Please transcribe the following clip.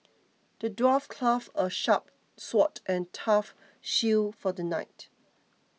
the dwarf crafted a sharp sword and a tough shield for the knight